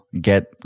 get